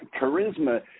charisma